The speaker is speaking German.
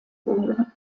wurde